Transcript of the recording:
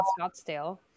Scottsdale